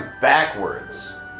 backwards